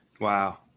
Wow